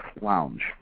Lounge